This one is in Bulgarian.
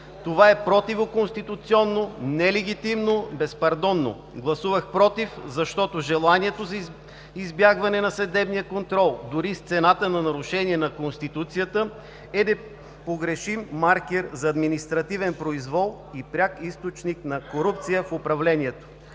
Това е противоконституционно, нелегитимно, безпардонно. Гласувах „против“, защото желанието за избягване на съдебния контрол, дори с цената на нарушение на Конституцията, е непогрешим маркер за административен произвол и пряк източник на корупция в управлението.